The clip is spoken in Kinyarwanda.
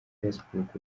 facebook